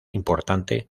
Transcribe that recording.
importante